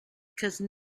because